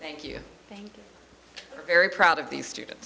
thank you thank you very proud of the students